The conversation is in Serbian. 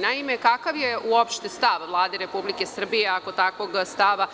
Naime, kakav je uopšte stav Vlade Republike Srbije, ako takvog stava